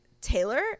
Taylor